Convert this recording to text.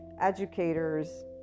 educators